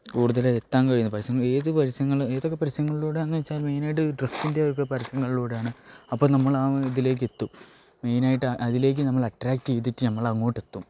കൂടുതൽ എത്താൻ കഴിയുന്ന പരസ്യങ്ങൾ ഏതു പരസ്യങ്ങൾ ഏതൊക്കെ പരസ്യങ്ങളിലൂടെയാണെന്നു ചോദിച്ചാൽ മെയിനായിട്ട് ഡ്രസ്സിൻ്റെ അതൊക്കെ പരസ്യങ്ങളിലൂടെയാണ് അപ്പോൾ നമ്മൾ ആ ഇതിലേക്കെത്തും മെയിനായിട്ട് അതിലേക്ക് നമ്മൾ അട്രാക്ട് ചെയ്തിട്ട് നമ്മളങ്ങോട്ടെത്തും